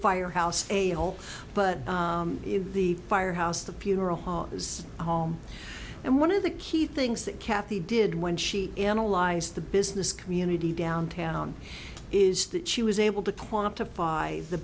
firehouse a hole but in the fire house the funeral home is a home and one of the key things that kathy did when she analyzed the business community downtown is that she was able to quantify the